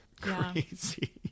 crazy